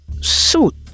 suit